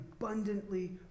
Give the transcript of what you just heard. abundantly